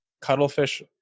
cuttlefish